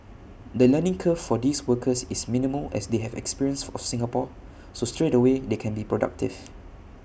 the learning curve for these workers is minimal as they have experience of Singapore so straightaway they can be productive